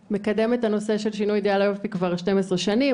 מקדמת את הנושא של שינוי אידיאל היופי כבר 12 שנים.